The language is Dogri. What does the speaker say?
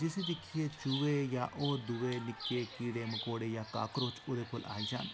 जिसी दिक्खियै चूहे जां होर कोई दुऐ निक्के कीड़े मकौड़े जां काकरोच ओह्दे कोल आई जान